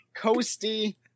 Coasty